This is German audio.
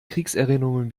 kriegserinnerungen